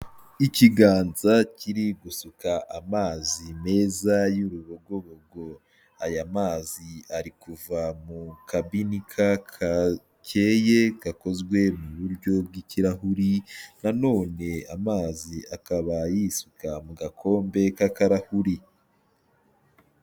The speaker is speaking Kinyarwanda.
Ikiganza kiri gusuka amazi meza y'urubogobogo, aya mazi ari kuva mu kabinika gakeye gakozwe mu buryo bw'ikirahuri, nanone amazi akaba yisuka mu gakombe k'akarahuri.